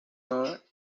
over